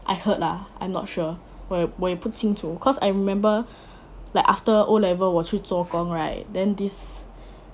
I heard lah I'm not sure where 我也我也不清楚 cause I remember like after O level 我去做工 right then this